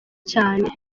cyane